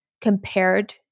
compared